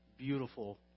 beautiful